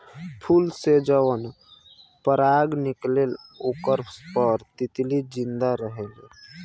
फूल से जवन पराग निकलेला ओकरे पर तितली जिंदा रहेले